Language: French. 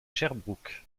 sherbrooke